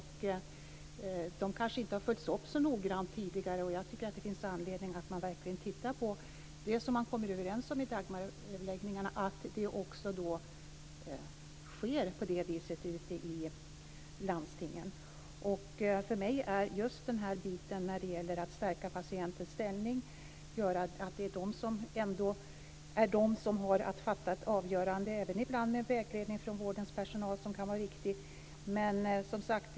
De kanske inte har följts upp så noggrant tidigare. Jag tycker att det finns anledning att verkligen titta på att det som man kommer överens om i Dagmaröverläggningarna också sker ute i landstingen. För mig är just frågan om att stärka patientens ställning viktig. Det är ändå de som har att fatta avgöranden, även om de ibland får vägledning från vårdens personal som kan vara riktig.